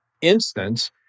instance